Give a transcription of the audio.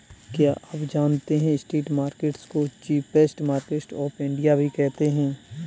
क्या आप जानते है स्ट्रीट मार्केट्स को चीपेस्ट मार्केट्स ऑफ इंडिया भी कहते है?